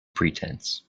pretence